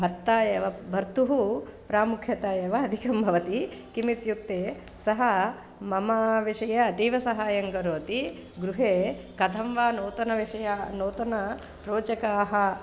भर्ता एव भर्तुः प्रामुख्यता एव अधिकं भवति किमित्युक्ते सः मम विषये अतीव सहायं करोति गृहे कथं वा नूतन विषया नूतन रोचकाः